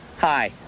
Hi